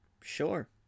sure